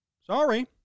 Sorry